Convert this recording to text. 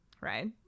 right